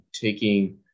taking